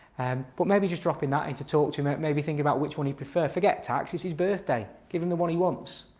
and but maybe just drop in that and to talk to him, maybe think about which one he'd prefer. forget tax. it's his birthday! give him the one he wants.